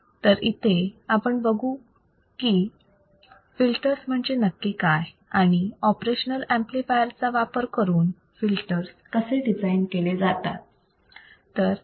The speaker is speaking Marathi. तर इथे आपण बघू की फिल्टर्स म्हणजे नक्की काय आणि ऑपरेशनाल अंपलिफायर चा वापर करून फिल्टर्स कसे डिझाईन केले जातात